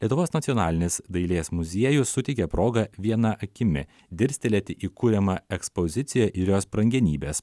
lietuvos nacionalinis dailės muziejus suteikė progą viena akimi dirstelėti į kuriamą ekspozicija ir jos brangenybes